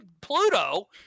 Pluto